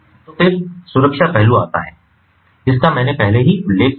तो फिर सुरक्षा पहलु आता है जिसका मैंने पहले ही उल्लेख किया है